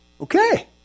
Okay